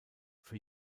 für